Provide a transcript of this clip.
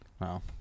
No